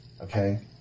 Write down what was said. okay